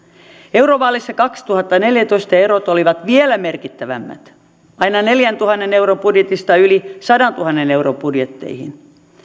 eurovaaleissa kaksituhattaneljätoista erot olivat vielä merkittävämmät aina neljäntuhannen euron budjetista yli sadantuhannen euron budjetteihin